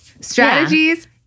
Strategies